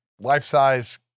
life-size